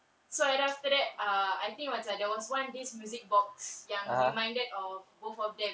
so and then after that uh I think macam there was one this music box yang reminded of both of them